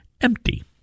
empty